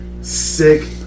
sick